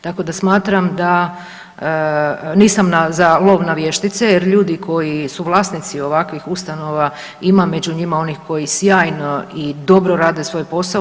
Tako da smatram da nisam za lov na vještice, jer ljudi koji su vlasnici ovakvih ustanova ima među njima onih koji sjajno i dobro rade svoj posao.